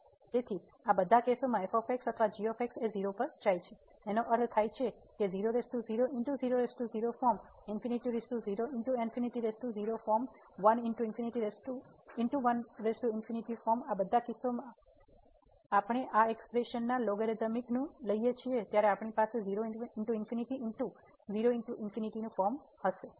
તેથી આ બધા કેસોમાં f અથવા g 0 પર જાય છે નો અર્થ થાય છે ફોર્મ ફોર્મ ફોર્મ આ બધા કિસ્સાઓમાં આપણે આ એક્સપ્રેશનના લોગારિધમિકને લઈએ ત્યારે આપણી પાસે ફોર્મ હશે